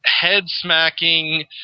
head-smacking